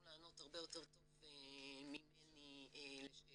לענות הרבה יותר טוב ממני לשאלותיך.